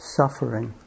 suffering